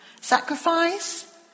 Sacrifice